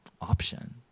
option